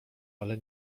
ale